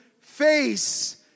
face